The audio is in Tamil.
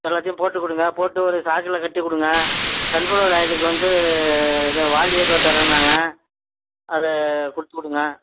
எல்லாத்தையும் போட்டுக்கொடுங்க போட்டு ஒரு சாக்கில் கட்டிக்கொடுங்க சன் ஃப்ளவர் ஆயிலுக்கு வந்து இது வாளியோ எதோ தரேன்னு சொன்னாங்க அதை கொடுத்துடுங்க